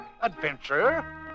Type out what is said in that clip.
adventure